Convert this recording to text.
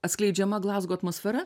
atskleidžiama glazgo atmosfera